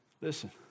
Listen